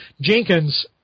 Jenkins